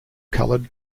colored